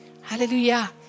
Hallelujah